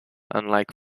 unlike